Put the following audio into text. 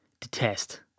detest